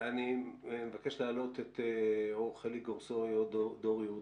אני מבקש להעלות את חלי גורסוי או את דור יהודה,